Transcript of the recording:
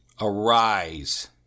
Arise